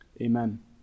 Amen